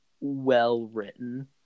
well-written